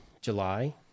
July